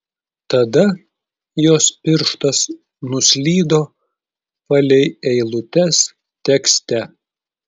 tada jos pirštas nuslydo palei eilutes tekste